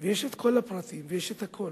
אם יש את הפרטים, יש את כל הפרטים, יש את הכול.